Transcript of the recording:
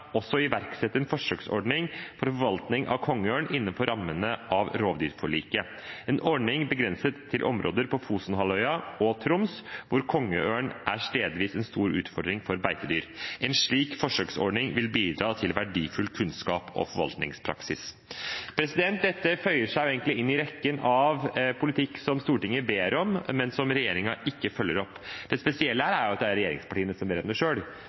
også igangsette en forsøksordning for forvaltning av kongeørn innenfor rammene av rovviltforliket. En ordning begrenses til områder på Fosen-halvøya og i Troms, hvor kongeørn er stedvis en stor utfordring for beitedyr. En slik forsøksordning vil bidra til verdifull kunnskap om forvaltningspraksis.» Dette føyer seg egentlig inn i rekken av politikk som Stortinget ber om, men som regjeringen ikke følger opp. Det spesielle er at regjeringspartiene ber om det